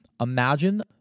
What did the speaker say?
imagine